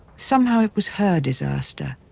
somehow it was her disaster.